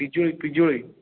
ପିଜୁଳି ପିଜୁଳି